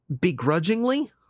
begrudgingly